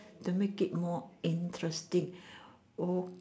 to make it more interesting o